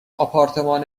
آپارتمان